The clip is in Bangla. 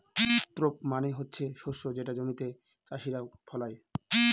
ক্রপ মানে হচ্ছে শস্য যেটা জমিতে চাষীরা ফলায়